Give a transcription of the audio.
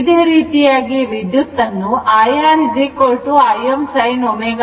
ಇದೆ ರೀತಿಯಾಗಿ ವಿದ್ಯುತ್ತನ್ನು IR Im sin ω t ಎಂದು ಬರೆಯಬಹುದು